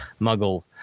muggle